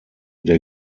der